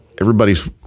everybody's